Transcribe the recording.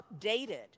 updated